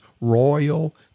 royal